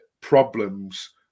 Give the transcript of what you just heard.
problems